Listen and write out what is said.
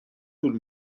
طول